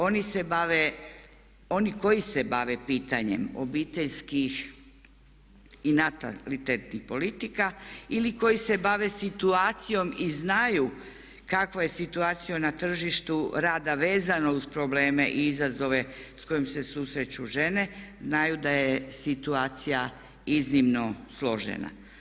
Oni koji se bave pitanjem obiteljskih i natalitetnih politika ili koji se bave situacijom i znaju kakva je situacija na tržištu rada vezana uz probleme i izazove s kojima se susreću žene znaju da je situacija iznimno složena.